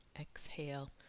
Exhale